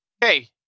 Hey